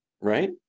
right